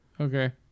okay